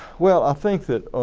well i think that